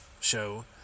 show